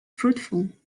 fruitful